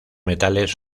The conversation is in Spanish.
metales